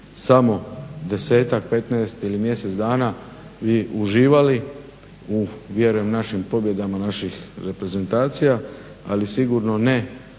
samo 10,15 ili mjesec dana bi uživali, u vjerujem u našim pobjedama, naših reprezentacija, ali sigurno ne